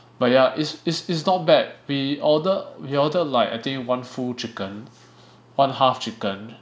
but ya it's it's it's not bad we order we ordered like I think one full chicken one half chicken